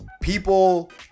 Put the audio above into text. People